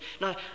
Now